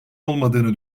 olmadığını